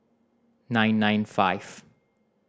nine nine five